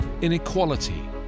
inequality